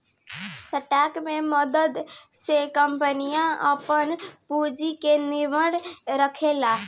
stock के मदद से कंपनियां आपन पूंजी के निर्माण करेला